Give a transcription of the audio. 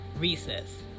recess